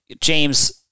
James